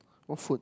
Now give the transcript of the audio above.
what food